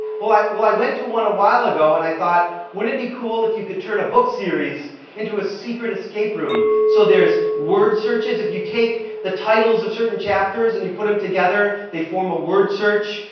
well like well i went to one a while ago and i thought wouldn't it be cool if you could turn a book series into a secret escape room? so there's word searches. if you take the titles of certain chapters and you put them together, they form a word search.